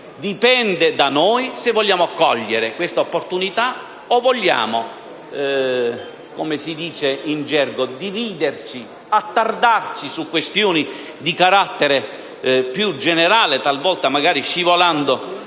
dipende da noi, se vogliamo cogliere questa opportunità o vogliamo dividerci e attardarci su questioni di carattere più generale, talvolta magari scivolando